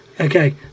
Okay